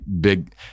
big